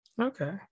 okay